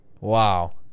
Wow